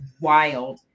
wild